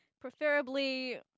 Preferably